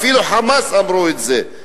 אפילו "חמאס" אמרו את זה,